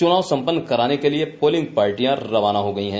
चुनाव को संपन्न कराने के लिए पोलिंग पार्टियां रवाना हो गई हैं